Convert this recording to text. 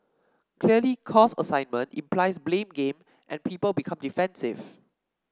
clearly cause assignment implies blame game and people become defensive